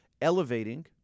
elevating